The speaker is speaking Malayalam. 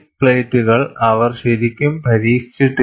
തിക്ക് പ്ലേറ്റുകൾ അവർ ശരിക്കും പരീക്ഷിച്ചിട്ടില്ല